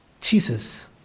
Jesus